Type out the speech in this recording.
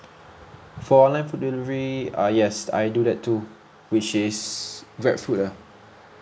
for online food delivery uh yes I do that too which is GrabFood lah